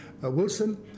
Wilson